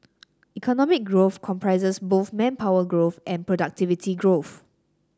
economic growth comprises both manpower growth and productivity growth